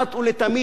כך אני מקווה,